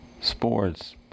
sports